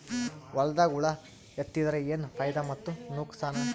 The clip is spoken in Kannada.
ಹೊಲದಾಗ ಹುಳ ಎತ್ತಿದರ ಏನ್ ಫಾಯಿದಾ ಮತ್ತು ನುಕಸಾನ?